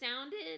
sounded